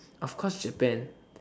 of course Japan